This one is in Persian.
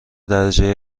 درجه